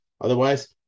Otherwise